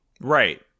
Right